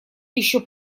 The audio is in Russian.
еще